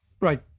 Right